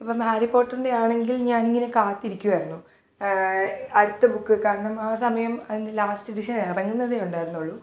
ഇപ്പം ഹാരി പോട്ടർന്റെയാണങ്കിൽ ഞാനിങ്ങനെ കാത്തിരിക്കുവായിരുന്നു അടുത്ത ബുക്ക് കാരണം ആ സമയം അതിന്റെ ലാസ്റ്റ എഡിഷൻ ഇറങ്ങുന്നതേ ഉണ്ടായിരുന്നുള്ളു